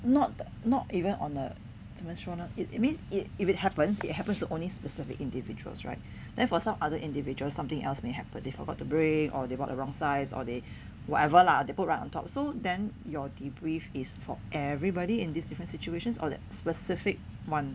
not not even on a 怎么说呢 it means it if it happens it happens to only specific individuals right therefore some other individuals something else may happen they forgot to bring or they brought the wrong size or they whatever lah they put right on top so then your debrief is for everybody in this different situations or that specific one